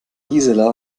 gisela